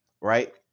Right